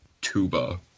tuba